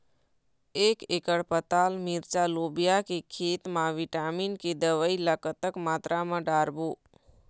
एक एकड़ पताल मिरचा लोबिया के खेत मा विटामिन के दवई ला कतक मात्रा म डारबो?